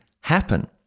happen